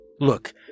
Look